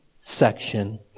section